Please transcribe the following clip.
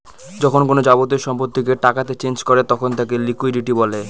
যখন কোনো যাবতীয় সম্পত্তিকে টাকাতে চেঞ করে তখন তাকে লিকুইডিটি বলে